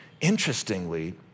interestingly